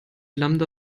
lambda